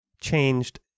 changed